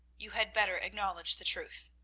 you had better acknowledge the truth.